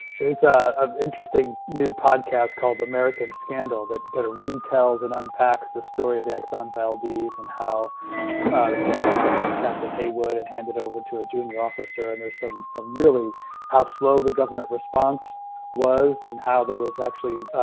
there's ah a interesting new podcast called the american scandal that kind of retells and unpacks the story of the exxon valdez and how the famous, you know captain haywood and handed over to a junior officer and there's some some really how slow the government response was and how there was actually